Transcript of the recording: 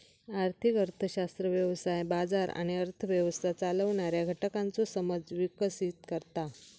आर्थिक अर्थशास्त्र व्यवसाय, बाजार आणि अर्थ व्यवस्था चालवणाऱ्या घटकांचो समज विकसीत करता